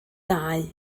dau